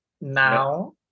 now